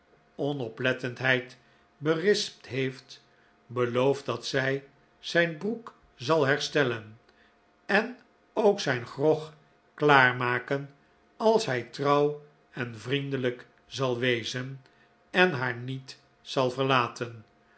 onoplettendheid berispt heeft belooft dat zij zijn broek zal herstellen en ook zijn grog klaar maken als hij trouw en vriendelijk zal wezen en haar niet zal verlaten